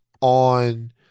on